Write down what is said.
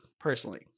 personally